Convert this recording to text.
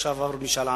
שהעבירה עכשיו משאל-עם,